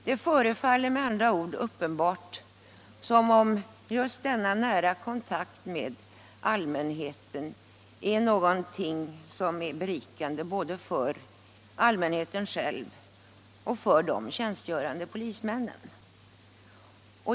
Det förefaller med andra ord som om just denna nära kontakt med allmänheten är någonting som är berikande både för allmänheten och för de tjänstgörande polismännen.